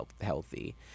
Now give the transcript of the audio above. healthy